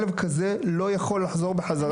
כלב כזה לא יכול לחזור בחזרה.